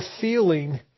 feeling